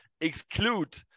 exclude